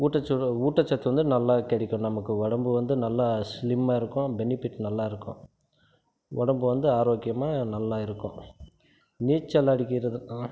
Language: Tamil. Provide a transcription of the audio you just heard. ஊட்டச்ச ஊட்டச்சத்து வந்து நல்லா கிடைக்கும் நமக்கு உடம்பு வந்து நல்லா ஸ்லிம்மாக இருக்கும் பெனிபிட் நல்லா இருக்குது உடம்பு வந்து ஆரோக்கியமாக நல்லா இருக்கும் நீச்சல் அடிக்கிறது